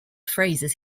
phrases